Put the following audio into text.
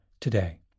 today